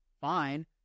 fine